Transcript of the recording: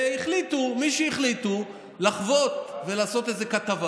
והחליטו מי שהחליטו לחבוט ולעשות איזו כתבה